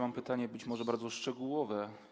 Mam pytanie być może bardzo szczegółowe.